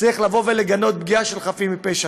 צריך לגנות פגיעה בחפים מפשע.